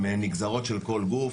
עם נגזרות של כל גוף,